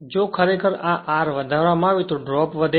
જો ખરેખર આ R વધારવામાં આવે તો ડ્રોપ વધે